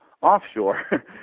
offshore